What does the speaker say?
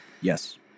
Yes